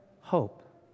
hope